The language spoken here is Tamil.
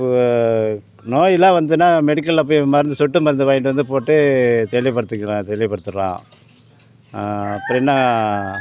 நோயில்லாம் வந்ததுன்னா மெடிக்கல்லைப் போய் மருந்து சொட்டு மருந்து வாங்கிட்டு வந்துப் போட்டுத் தெளிவுப்படுத்திக்கலாம் தெளிவுப்படுத்திடலாம் அப்புறம் என்ன